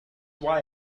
why